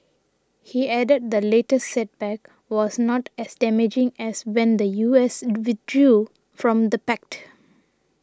he added the latest setback was not as damaging as when the U S withdrew from the pact